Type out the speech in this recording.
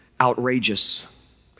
outrageous